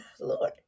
Lord